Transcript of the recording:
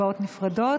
הצבעות נפרדות.